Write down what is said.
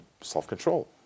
self-control